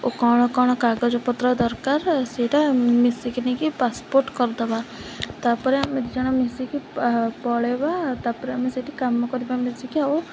ଓ କ'ଣ କ'ଣ କାଗଜପତ୍ର ଦରକାର ସେଇଟା ମିଶିକି ନେଇକି ପାସ୍ପୋର୍ଟ୍ କରିଦବା ତାପରେ ଆମେ ଦୁଇ ଜଣ ମିଶିକି ପଳେଇବା ତାପରେ ଆମେ ସେଇଠି କାମ କରିବା ମିଶିକି ଆଉ